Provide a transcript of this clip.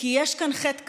כי יש כאן חטא קדמון,